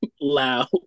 Loud